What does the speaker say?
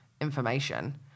information